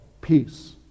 peace